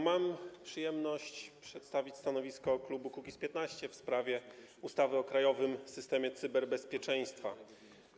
Mam przyjemność przedstawić stanowisko klubu Kukiz’15 w sprawie ustawy o krajowym systemie cyberbezpieczeństwa.